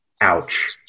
ouch